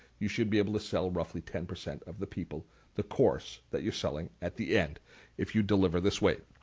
you should be able to sell roughly ten percent of the people the course that you're selling at the end if you deliver this way.